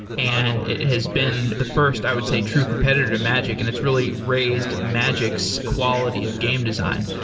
and it has been the first, i would say, true competitive of magic and it's really raised magic's quality of game design.